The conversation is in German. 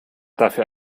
dafür